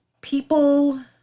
people